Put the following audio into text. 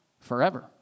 forever